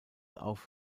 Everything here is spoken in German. auf